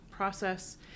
process